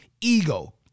ego